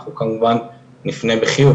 אנחנו כמובן נענה בחיוב.